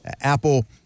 Apple